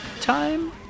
time